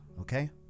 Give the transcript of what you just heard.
okay